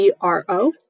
CRO